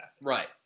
Right